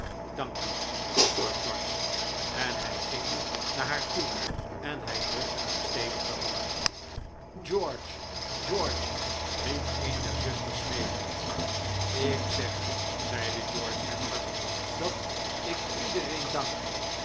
dank u juffrouw swartz en hij ging naar haar toe en hij drukte haar stevig de hand george george riep een der zusters smeekend ik zeg zeide george heftig dat ik iedereen dank